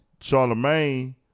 Charlemagne